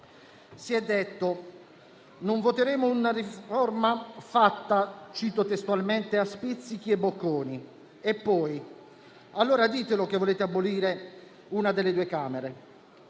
Si è detto: non voteremo una riforma fatta - cito testualmente - «a spizzichi e bocconi». Allora, ditelo che volete abolire una delle due Camere.